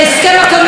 מדוע?